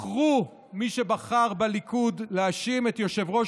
בחרו מי שבחר בליכוד להאשים את יושב-ראש